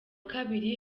kabiri